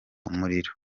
umuriro